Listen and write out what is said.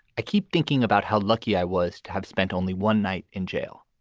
i keep thinking about how lucky i was to have spent only one night in jail.